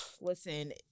Listen